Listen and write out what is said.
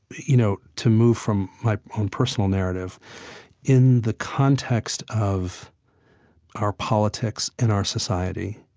you know to move from my own personal narrative in the context of our politics in our society,